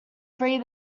free